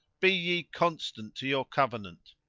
be ye constant to your covenant?